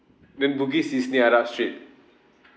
then bugis is near arab street